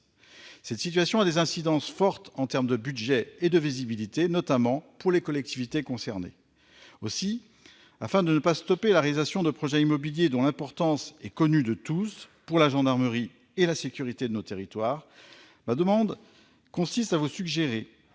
Cette situation a des incidences fortes en termes de budget et de visibilité, notamment pour les collectivités concernées. Aussi, afin de ne pas stopper la réalisation de projets immobiliers dont l'importance est connue de tous pour la gendarmerie et la sécurité de nos territoires, n'y aurait-il pas lieu